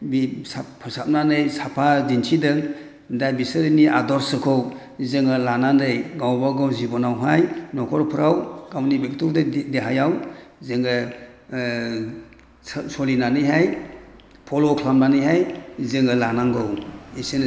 बे फोसाबनानै साफा दिन्थिदों दा बेसोरनि आदर्श'खौ जोङो लानानै गावबा गाव जिब'नावहाय न'खरफोराव गावनि बेक्तिगत' देहायाव जोङो सलिनानैहाय फल' खालामनानैहाय जोङो लानांगौ एसेनोसै